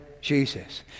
Jesus